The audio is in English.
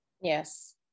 Yes